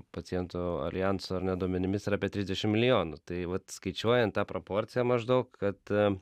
pacientų aljanso ar ne duomenimis yra apie trisdešimt milijonų tai vat skaičiuojant tą proporciją maždaug kad